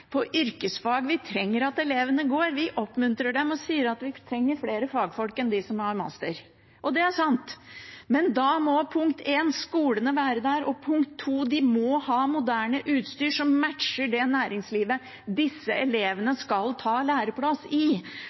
på yrkesfag vi trenger at elevene går. Vi oppmuntrer dem og sier at vi trenger flere fagfolk enn de som har mastergrad. Det er sant, men da må 1) skolene være der, og 2) de må ha moderne utstyr som matcher det næringslivet disse elevene skal ha læreplass i.